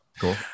Cool